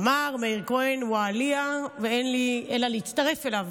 אמר מאיר כהן: ואעליה, ואין לי אלא להצטרף אליו.